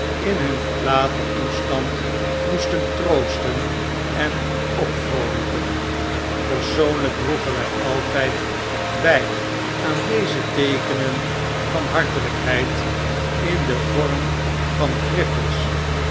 in hun verlaten toestand moesten troosten en opvroolyken persoonlyk droegen wij altijd bij aan deze teekenen van hartelijkheid in den vorm van griffels